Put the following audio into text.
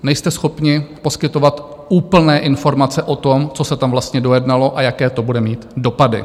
Nejste schopni poskytovat úplné informace o tom, co se tam vlastně dojednalo a jaké to bude mít dopady.